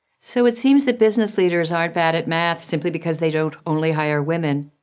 so it seems that business leaders aren't bad at math simply because they don't only hire women.